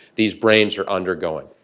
these brains are undergoing.